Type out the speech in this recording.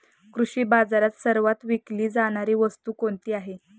कृषी बाजारात सर्वात विकली जाणारी वस्तू कोणती आहे?